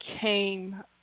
came